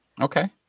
Okay